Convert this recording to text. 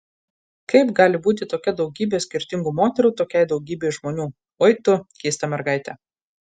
kaip gali būti tokia daugybe skirtingų moterų tokiai daugybei žmonių oi tu keista mergaite